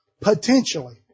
potentially